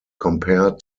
compared